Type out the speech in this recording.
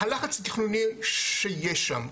הלחץ התכנוני שיש שם.